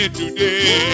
today